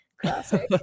classic